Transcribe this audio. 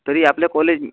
तरी आपल्या कॉलेज